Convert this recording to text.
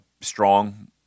Strong